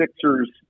Sixers